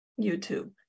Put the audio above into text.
YouTube